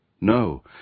No